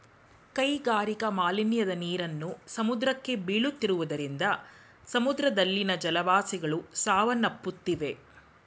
ಕೈಗಾರಿಕಾ ಮಾಲಿನ್ಯದ ನೀರನ್ನು ಸಮುದ್ರಕ್ಕೆ ಬೀಳುತ್ತಿರುವುದರಿಂದ ಸಮುದ್ರದಲ್ಲಿನ ಜಲವಾಸಿಗಳು ಸಾವನ್ನಪ್ಪುತ್ತಿವೆ